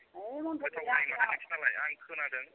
है मनथ्र' गैया जोंनाव गोथाव जायोनो माथो नोसोरनालाय आं खोनादों